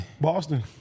Boston